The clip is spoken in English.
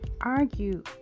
argue